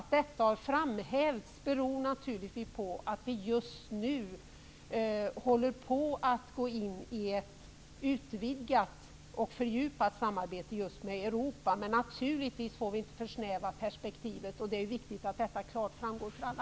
Att detta har framhävts beror naturligtvis på att vi just nu håller på att gå in i ett utvidgat och fördjupat samarbete med Europa. Naturligtvis får vi inte försnäva perspektivet. Det är viktigt att detta står klart för alla.